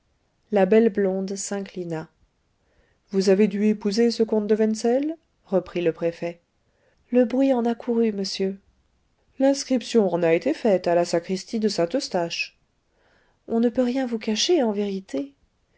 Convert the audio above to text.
la belle blonde s'inclina vous avez dû épouser ce comte de wenzel reprit le préfet le bruit en a couru monsieur l'inscription en a été faite à la sacristie de saint-eustache on ne peut rien vous cacher en vérité